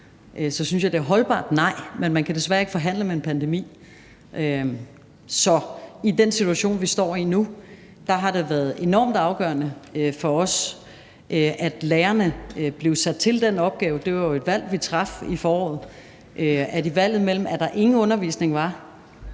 så synes jeg, at det er et holdbart nej. Men man kan desværre ikke forhandle med en pandemi, så i den situation, som vi står i nu, har det været enormt afgørende for os, at lærerne blev sat til den opgave. Det var jo et valg, vi traf i foråret, og det var et valg imellem, at der ingen undervisning var